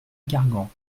gargan